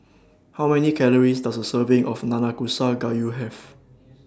How Many Calories Does A Serving of Nanakusa Gayu Have